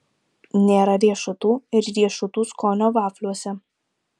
nėra riešutų ir riešutų skonio vafliuose